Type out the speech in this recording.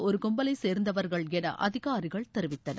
ஒரு கும்பலைச் சேர்ந்தவர்கள் என அதிகாரிகள் தெரிவித்தனர்